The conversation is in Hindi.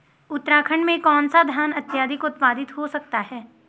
उत्तराखंड में कौन सा धान अत्याधिक उत्पादित हो सकता है?